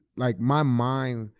like my mind,